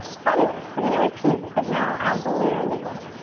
fabulous. we're gonna repeat but now add the layer of the breath.